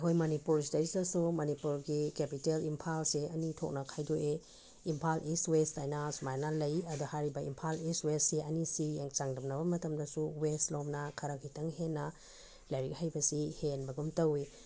ꯑꯩꯈꯣꯏ ꯃꯅꯤꯄꯨꯔ ꯁꯤꯗꯩꯁꯤꯗꯁꯨ ꯃꯅꯤꯄꯨꯔꯒꯤ ꯀꯦꯄꯤꯇꯦꯜ ꯏꯝꯐꯥꯜꯁꯦ ꯑꯅꯤ ꯊꯣꯛꯅ ꯈꯥꯏꯗꯣꯛꯏ ꯏꯝꯐꯥꯜ ꯏꯁ ꯋꯦꯁ ꯍꯥꯏꯅ ꯁꯨꯃꯥꯏꯅ ꯂꯩ ꯑꯗ ꯍꯥꯏꯔꯤꯕ ꯏꯝꯐꯥꯜ ꯏꯁ ꯋꯦꯁꯁꯤ ꯑꯅꯤꯁꯤ ꯆꯥꯡꯗꯝꯅꯕ ꯃꯇꯝꯗꯁꯨ ꯋꯦꯁꯂꯣꯝꯅ ꯈꯔ ꯈꯤꯇꯪ ꯍꯦꯟꯅ ꯂꯥꯏꯔꯤꯛ ꯂꯩꯕꯁꯤ ꯍꯦꯟꯕꯒꯨꯝ ꯇꯧꯏ